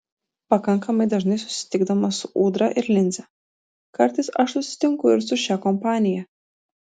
pakankamai dažnai susitikdamas su ūdra ir linze kartais aš susitinku ir su šia kompanija